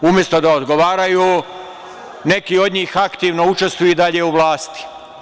Umesto da odgovaraju, neki od njih aktivno učestvuju i dalje u vlasti.